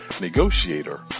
negotiator